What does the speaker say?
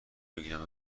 بگیرم